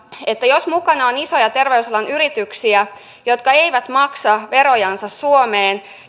jos mukana on isoja terveysalan yrityksiä jotka eivät maksa verojansa suomeen